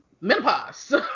menopause